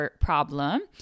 problem